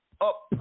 up